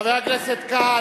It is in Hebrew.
חבר הכנסת כץ.